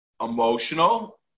emotional